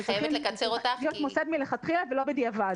זה צריך להיות מוסד מלכתחילה ולא בדיעבד.